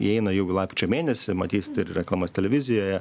įeina jau į lapkričio mėnesį matysit ir reklamas televizijoje